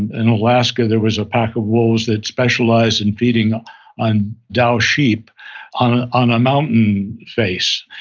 in alaska there was a pack of wolves that specialized in feeding on dall sheep on on a mountain face.